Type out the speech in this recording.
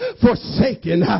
forsaken